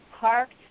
parked